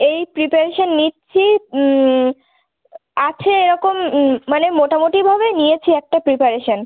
এই প্রিপারেশান নিচ্ছি আছে এরকম মানে মোটামুটিভাবে নিয়েছি একটা প্রিপারেশান